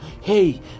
hey